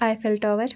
Eiffel tower